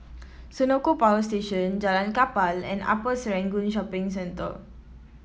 Senoko Power Station Jalan Kapal and Upper Serangoon Shopping Centre